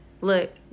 look